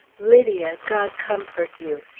lydia! god comfort you!